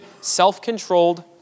self-controlled